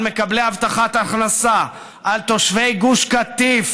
על מקבלי הבטחת הכנסה, על תושבי גוש קטיף